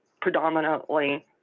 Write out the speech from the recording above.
predominantly